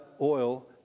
oil